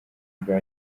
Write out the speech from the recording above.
bwa